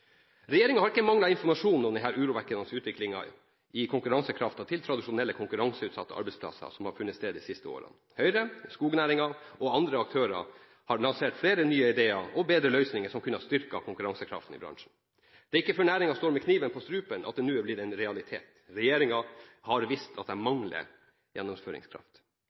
har.» Regjeringen har ikke manglet informasjon om denne urovekkende utviklingen i konkurransekraften til tradisjonelle konkurranseutsatte arbeidsplasser som har funnet sted de siste årene. Høyre, skognæringen og andre aktører har lansert flere nye ideer og bedre løsninger som kunne styrket konkurransekraften i bransjen. Det er ikke før næringen står med kniven på strupen at det nå blir en realitet. Regjeringen har vist at de mangler gjennomføringskraft.